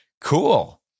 Cool